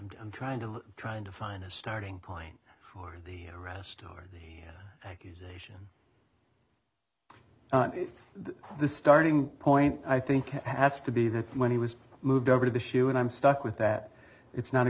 i'm trying to trying to find a starting point for the arrest or accusation if the starting point i think has to be that when he was moved over to the shoe and i'm stuck with that it's not a